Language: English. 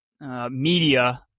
media